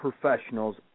professionals